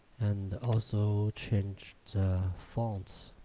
and also changed fonts